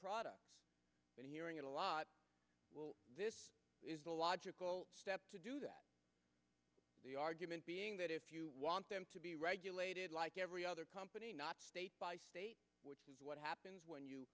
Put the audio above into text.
products that hearing a lot this is a logical step to do that the argument being that if you want them to be regulated like every other company not state by state which is what happens when you